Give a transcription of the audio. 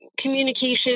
communication